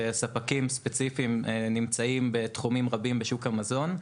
שספקים ספציפיים נמצאים בתחומים רבים בשוק המזון.